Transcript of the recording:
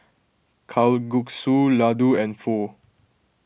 Kalguksu Ladoo and Pho